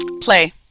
Play